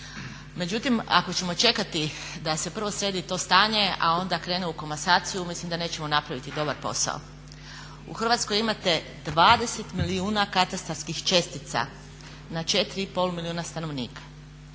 Međutim ako ćemo čekati da se prvo sredi to stanje, a onda krene u komasaciju mislim da nećemo napraviti dobar posao. U Hrvatskoj imate 20 milijuna katastarskih čestica na 4,5 milijuna stanovnika.